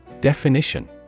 Definition